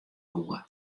koe